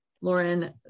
Lauren